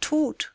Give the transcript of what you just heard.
tod